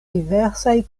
diversaj